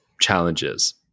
challenges